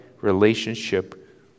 relationship